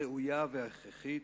הראויה וההכרחית,